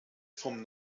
vom